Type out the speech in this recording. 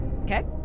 Okay